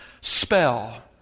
spell